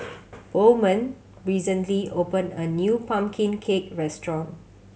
Bowman recently opened a new pumpkin cake restaurant